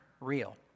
real